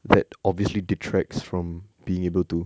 that obviously detracts from being able to